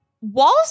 Walls